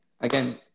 again